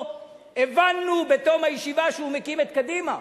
הבנו בתום הישיבה שהוא מקים את קדימה.